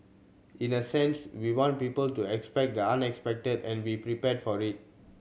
in a sense we want people to expect the unexpected and be prepared for it